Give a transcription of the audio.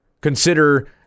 Consider